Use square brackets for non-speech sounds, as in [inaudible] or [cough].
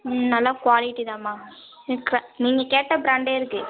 ம் நல்லா குவாலிட்டி தாம்மா [unintelligible] நீங்கள் கேட்ட ப்ராண்டே இருக்கு